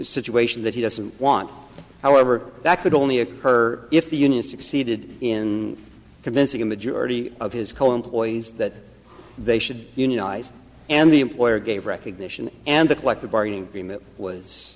situation that he doesn't want however that could only occur if the union succeeded in convincing a majority of his co employees that they should unionize and the employer gave recognition and the collective bargaining agreement was